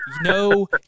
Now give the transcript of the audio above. no